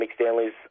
McStanley's